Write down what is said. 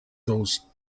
those